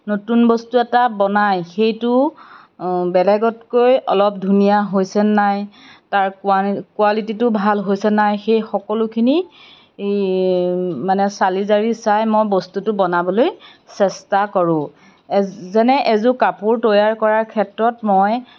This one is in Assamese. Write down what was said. নতুন বস্তু এটা বনাই সেইটো বেলেগতকৈ অলপ ধুনীয়া হৈছে নে নাই তাৰ কোৱালিটিটো ভাল হৈছে নে নাই সেই সকলোখিনি মানে চালি জাৰি চাই মই বস্তুটো বনাবলৈ চেষ্টা কৰোঁ যেনে এযোৰ কাপোৰ তৈয়াৰ কৰাৰ ক্ষেত্ৰত মই